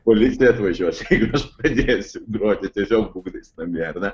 policija atvažiuos jeigu aš pridėsiu groti tiesiog būgnais namie ar ne